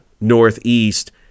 Northeast